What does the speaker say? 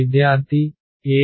విద్యార్థి ExEy